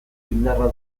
indarra